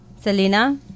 Selena